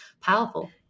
powerful